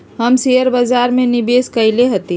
हम शेयर बाजार में निवेश कएले हती